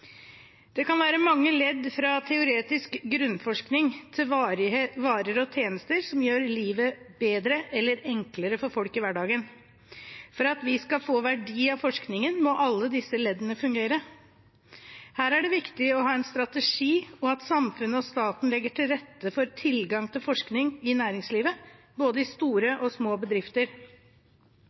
Det kan være mange ledd fra teoretisk grunnforskning til varer og tjenester som gjør livet bedre eller enklere for folk i hverdagen. For at vi skal få verdi av forskningen, må alle disse leddene fungere. Her er det viktig å ha en strategi og at samfunnet og staten legger til rette for tilgang til forskning i næringslivet, i både store og små bedrifter.